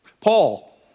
Paul